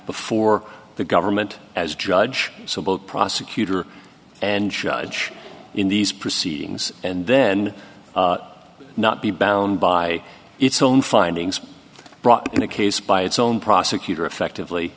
before the government as judge civil prosecutor and judge in these proceedings and then not be bound by its own findings brought in a case by its own prosecutor effectively